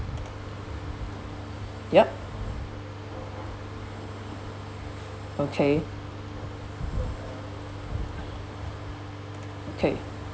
yup okay okay